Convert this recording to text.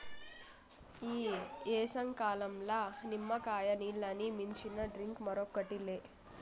ఈ ఏసంకాలంల నిమ్మకాయ నీల్లని మించిన డ్రింక్ మరోటి లే